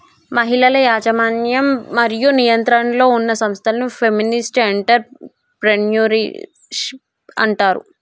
మహిళల యాజమాన్యం మరియు నియంత్రణలో ఉన్న సంస్థలను ఫెమినిస్ట్ ఎంటర్ ప్రెన్యూర్షిప్ అంటారు